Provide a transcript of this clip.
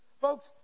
Folks